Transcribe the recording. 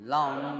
Long